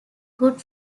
good